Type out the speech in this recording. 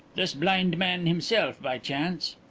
this blind man himself, by chance.